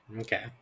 Okay